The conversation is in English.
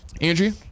Andrea